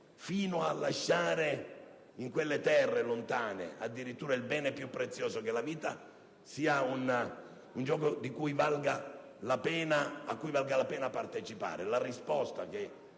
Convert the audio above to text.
fino a lasciare in quelle terre lontane addirittura il bene più prezioso, che è la vita, siano un gioco a cui valga la pena partecipare.